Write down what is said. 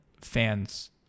fans